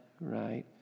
right